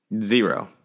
Zero